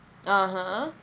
(uh huh)